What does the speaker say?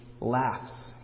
laughs